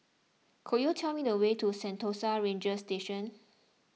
could you tell me the way to Sentosa Ranger Station